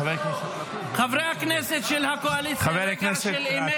חברי הכנסת של הקואליציה, רגע של אמת.